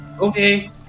Okay